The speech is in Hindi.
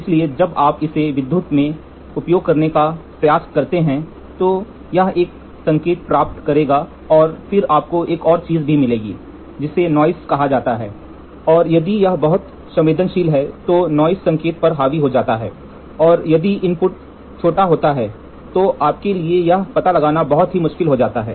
इसलिए जब आप इसे विद्युत में उपयोग करने का प्रयास करते हैं तो यह एक संकेत प्राप्त करेगा और फिर आपको एक और चीज भी मिलेगा जिसे नाइस कहा जाता है और यदि यह बहुत संवेदनशील है तो नाइस संकेत पर हावी हो जाता है और यदि इनपुट छोटा होता है तो आपके लिए यह पता लगाना बहुत मुश्किल हो जाता है